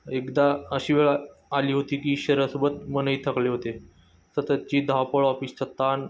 एकदा अशी वेळ आली होती की शरीरासोबत मन ही थकले होते सततची धावपळ ऑफिसचा ताण